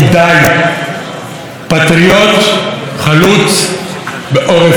פטריוט, חלוץ בעורף האויב, אורי אבנרי.